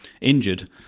injured